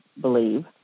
believe